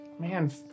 Man